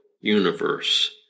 universe